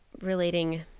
relating